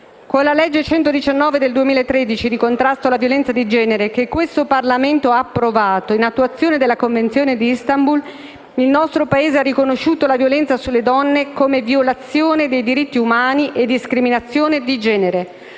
Con la legge n. 119 del 2013 di contrasto alla violenza di genere che questo Parlamento ha approvato in attuazione della Convenzione di Istanbul, il nostro Paese ha riconosciuto la violenza sulle donne come violazione dei diritti umani e discriminazione di genere,